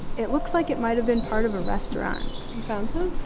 it looks like it might have been part of a restaurant you found some?